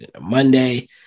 Monday